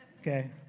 Okay